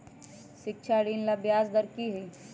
शिक्षा ऋण ला ब्याज दर कि हई?